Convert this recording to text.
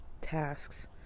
tasks